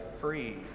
free